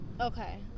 Okay